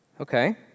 Okay